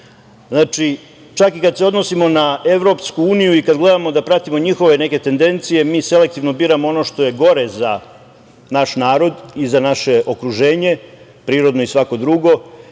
dobro. Znači, čak i kad se odnosimo na EU i kad gledamo da pratimo njihove neke tendencije, mi selektivno biramo ono što je gore za naš narod i za naše okruženje, prirodno i svako drugo,